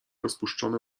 rozpuszczone